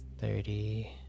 Thirty